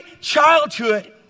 childhood